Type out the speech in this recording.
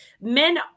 men